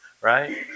Right